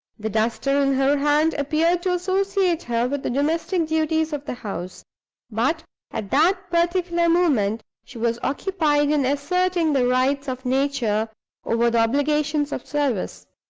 the duster in her hand appeared to associate her with the domestic duties of the house but at that particular moment she was occupied in asserting the rights of nature over the obligations of service.